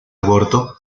aborto